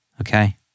Okay